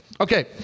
Okay